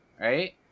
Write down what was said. right